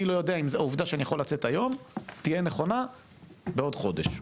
אני לא יודע אם העובדה שאני רוצה לצאת היום תהיה נכונה בעוד כחודש,